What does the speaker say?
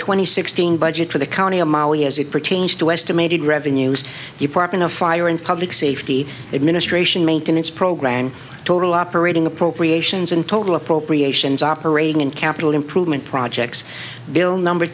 and sixteen budget for the county of mali as it pertains to estimated revenues department of fire and public safety administration maintenance program total operating appropriations and total appropriations operating and capital improvement projects bill number